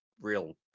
real